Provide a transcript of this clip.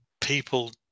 people